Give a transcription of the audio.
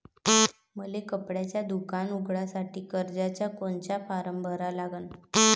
मले कपड्याच दुकान उघडासाठी कर्जाचा कोनचा फारम भरा लागन?